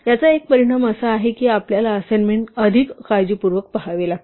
याचा एक परिणाम असा आहे की आपल्याला असाइनमेंट अधिक काळजीपूर्वक पहावे लागते